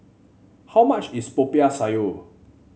how much is Popiah Sayur